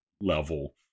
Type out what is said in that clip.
level